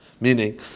meaning